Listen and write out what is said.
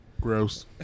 gross